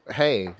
hey